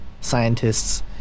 scientists